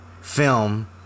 film